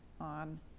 on